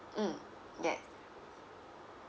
mm yes